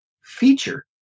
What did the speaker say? feature